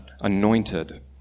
anointed